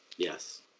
Yes